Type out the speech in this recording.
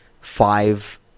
five